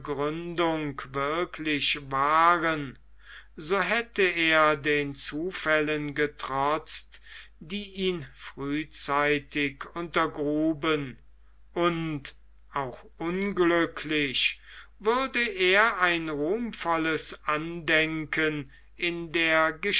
gründung wirklich waren so hätte er den zufällen getrotzt die ihn frühzeitig untergruben und auch unglücklich würde er ein ruhmvolles andenken in der